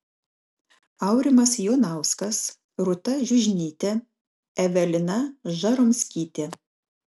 aurimas jonauskas rūta žiužnytė evelina žaromskytė